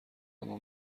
اما